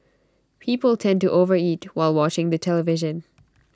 people tend to overeat while watching the television